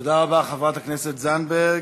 תודה רבה, חברת הכנסת זנדברג.